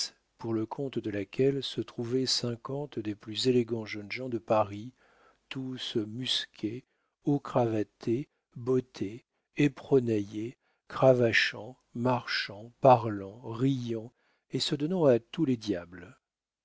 pour le compte de laquelle se trouvaient cinquante des plus élégants jeunes gens de paris tous musqués haut cravatés bottés éperonnaillés cravachant marchant parlant riant et se donnant à tous les diables